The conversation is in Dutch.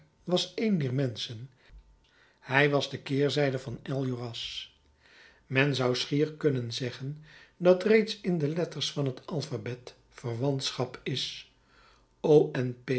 was een dier menschen hij was de keerzijde van enjolras men zou schier kunnen zeggen dat reeds in de letters van het alphabet verwantschap is o